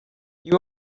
you